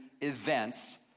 events